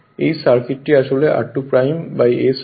এই সার্কিটটি আসলে r2 s হয়